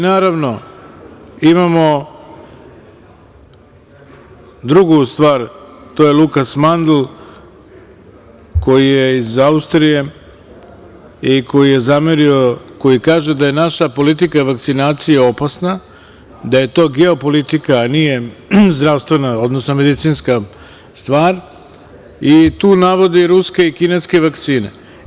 Naravno, imamo drugu stvar, a to je Lukas Mandl koji je iz Austrije i koji je zamerio, koji kaže da je naša politika vakcinacije opasna, da je to geopolitika, a nije medicinska stvar i tu navodi ruske i kineske vakcine.